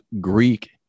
Greek